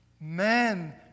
men